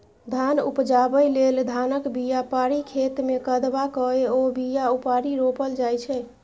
धान उपजाबै लेल धानक बीया पारि खेतमे कदबा कए ओ बीया उपारि रोपल जाइ छै